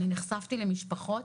נחשפתי למשפחות